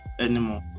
anymore